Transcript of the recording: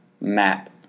map